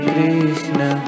Krishna